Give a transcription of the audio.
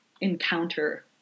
encounter